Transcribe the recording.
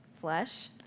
flesh